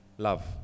love